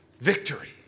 victory